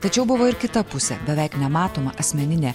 tačiau buvo ir kita pusė beveik nematoma asmeninė